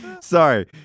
Sorry